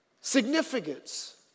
significance